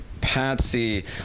Patsy